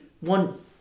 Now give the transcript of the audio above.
one